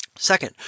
Second